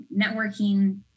networking